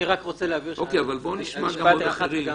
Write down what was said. אני רק רוצה להבהיר -- אבל בוא נשמע גם אחרים.